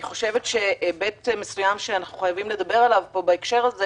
אני חושבת שהיבט מסוים שאנחנו חייבים לדבר עליו פה בהקשר הזה